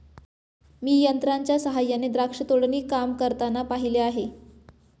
मी यंत्रांच्या सहाय्याने द्राक्ष तोडणी काम करताना पाहिले आहे